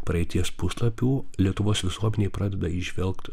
praeities puslapių lietuvos visuomenė pradeda įžvelgt